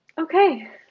okay